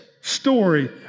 story